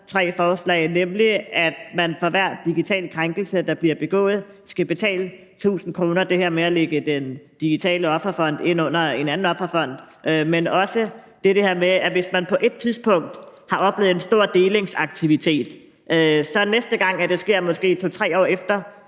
tre forslag, nemlig at man for hver digital krænkelse, der bliver begået, skal betale 1.000 kr., altså det her med at lægge den digitale offerfond ind under en anden offerfond, men også det her med, at hvis man på et tidspunkt har oplevet en stor delingsaktivitet, bliver det ikke næste gang, det sker, måske 2-3 år efter,